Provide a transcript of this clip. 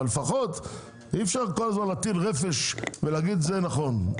אבל לפחות אי אפשר כל הזמן להטיל רפש ולהגיד זה נכון,